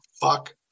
fuck